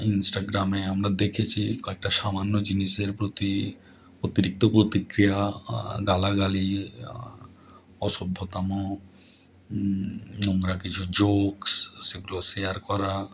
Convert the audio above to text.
ইন্সটাগ্রামে আমরা দেখেছি কয়েকটা সামান্য জিনিসের প্রতি অতিরিক্ত প্রতিক্রিয়া গালাগালি অসভ্যতামো নোংরা কিছু জোকস সেগুলো শেয়ার করা